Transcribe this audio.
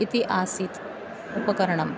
इति आसीत् उपकरणम्